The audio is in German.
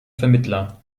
vermittler